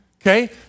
Okay